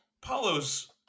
Paulo's